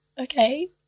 okay